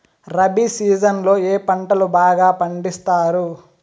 rabi season లో ఏ పంటలు బాగా పండిస్తారు